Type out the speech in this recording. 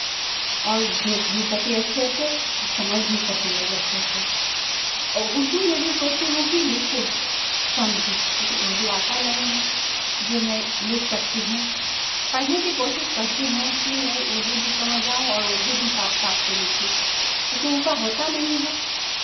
और देख भी सके अच्छे से और समझ भी सके लोग अच्छे से उर्दू में भी सोचती हूँ कि लिखें समझें लेकिन उर्दू आता नहीं है जो मैं लिख सकती हूँ पढ़ने कि कोशिश करती हूँ कि मैं उर्दू भी समझ जाऊँ और उर्दू भी साफ साफ से लिखूँ लेकिन ऐसा होता नहीं है